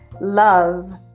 love